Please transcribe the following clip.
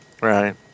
Right